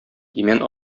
имән